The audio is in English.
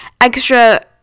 extra